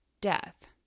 death